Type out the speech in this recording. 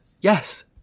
Yes